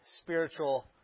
spiritual